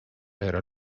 era